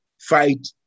fight